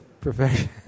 profession